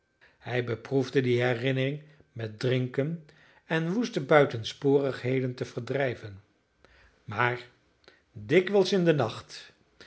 hij beproefde die herinnering met drinken en woeste buitensporigheden te verdrijven maar dikwijls in den nacht